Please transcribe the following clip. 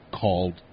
called